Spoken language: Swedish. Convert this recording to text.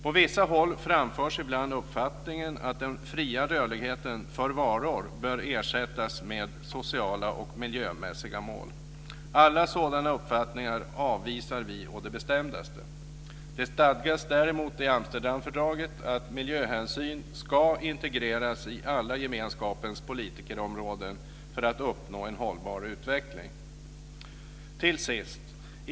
På vissa håll framförs ibland uppfattningen att den fria rörligheten för varor bör ersättas med sociala och miljömässiga mål. Alla sådana uppfattningar avvisar vi å det bestämdaste. Det stadgas däremot i Amsterdamfördraget att miljöhänsyn ska integreras i alla gemenskapens politikområden för att uppnå en hållbar utveckling.